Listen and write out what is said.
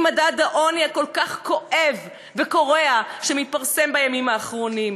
עם מדד העוני הכל-כך כואב וקורע שמתפרסם בימים האחרונים.